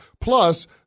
Plus